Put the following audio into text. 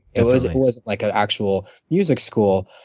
it wasn't it wasn't like an actual music school.